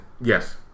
Yes